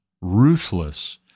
ruthless